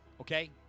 Okay